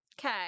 Okay